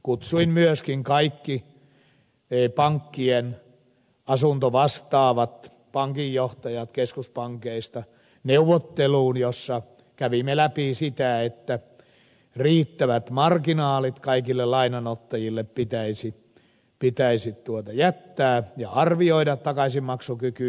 kutsuin myöskin kaikki pankkien asuntovastaavat pankinjohtajat keskuspankeista neuvotteluun jossa kävimme läpi sitä että riittävät marginaalit kaikille lainanottajille pitäisi jättää ja arvioida takaisinmaksukyky